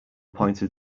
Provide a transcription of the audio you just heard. pointed